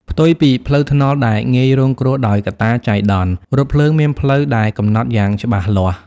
ផ្ទុយពីផ្លូវថ្នល់ដែលងាយរងគ្រោះដោយកត្តាចៃដន្យ រថភ្លើងមានផ្លូវដែលកំណត់យ៉ាងច្បាស់លាស់។